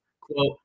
quote